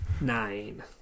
nine